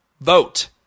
vote